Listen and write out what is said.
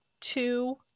two